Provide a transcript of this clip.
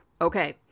okay